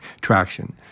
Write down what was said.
traction